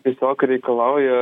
tiesiog reikalauja